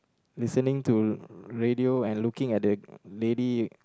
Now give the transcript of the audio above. listening to radio and looking at the lady